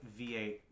V8